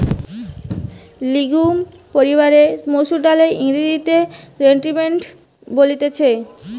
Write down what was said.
legume পরিবারের মসুর ডালকে ইংরেজিতে লেন্টিল বলতিছে